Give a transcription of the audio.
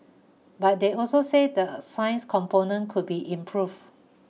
but they also say the science component could be improved